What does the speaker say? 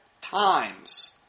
times